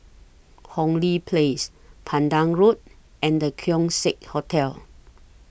Hong Lee Place Pandan Road and The Keong Saik Hotel